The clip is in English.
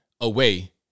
away